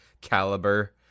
caliber